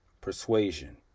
Persuasion